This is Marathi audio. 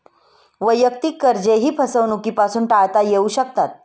वैयक्तिक कर्जेही फसवणुकीपासून टाळता येऊ शकतात